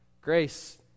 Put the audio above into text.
Grace